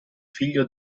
figlio